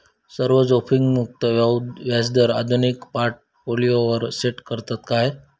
सर्व जोखीममुक्त व्याजदर आधुनिक पोर्टफोलियोवर सेट करतत काय?